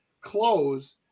close